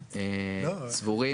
בבקשה.